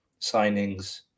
signings